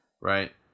Right